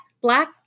black